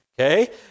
Okay